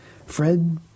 fred